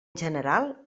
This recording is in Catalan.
general